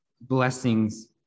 blessings